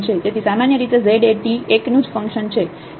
તેથી સામાન્યરીતે z એ t એકનું જ ફંક્શન છે